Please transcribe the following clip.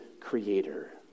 creator